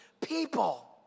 people